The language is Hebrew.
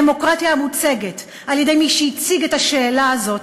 הדמוקרטיה המוצגת על-ידי מי שהציג את השאלה הזאת,